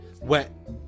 wet